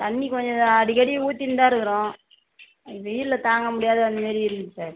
தண்ணி கொஞ்சம் அடிக்கடி ஊத்திந்தான் இருக்கிறோம் அது வெயிலில் தாங்க முடியாத அதுமாரி இருக்குது சார்